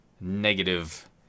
negative